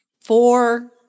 four